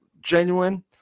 genuine